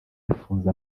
yafunze